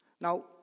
Now